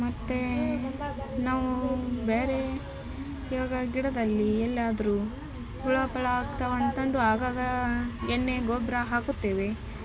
ಮತ್ತು ನಾವು ಬೇರೆ ಇವಾಗ ಗಿಡದಲ್ಲಿ ಎಲ್ಲಿಯಾದ್ರು ಹುಳ ಪಳ ಆಗ್ತವಂತಂದು ಆಗಾಗ ಎಣ್ಣೆ ಗೊಬ್ಬರ ಹಾಕುತ್ತೇವೆ